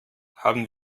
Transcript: haben